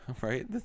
Right